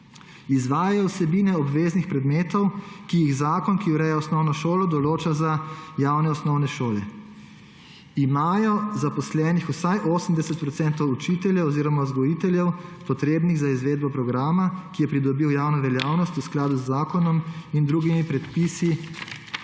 izvajajo vsebine obveznih predmetov, ki jih zakon, ki ureja osnovno šolo, določa za javne osnovne šole; imajo zaposlenih vsaj 80 % učiteljev oziroma vzgojiteljev, potrebnih za izvedbo programa, ki je pridobil javno veljavnost v skladu z zakonom in drugimi predpisi za